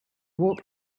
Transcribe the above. walk